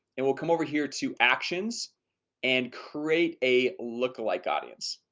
and we'll come over here to actions and create a look-alike audience.